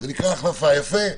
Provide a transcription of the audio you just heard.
זה נקרא החלפה, יפה.